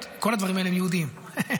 יהודית, באמת.